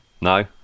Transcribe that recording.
No